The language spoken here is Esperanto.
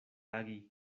agi